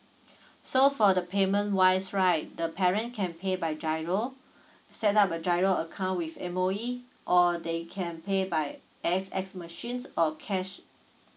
so for the payment wise right the parent can pay by gyro set up a gyro account with M_O_E or they can pay by A X S machines or cash